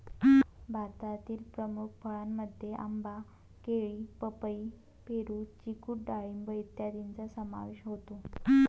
भारतातील प्रमुख फळांमध्ये आंबा, केळी, पपई, पेरू, चिकू डाळिंब इत्यादींचा समावेश होतो